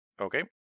Okay